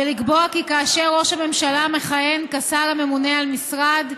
ולקבוע כי כאשר ראש הממשלה מכהן כשר הממונה על המשרד,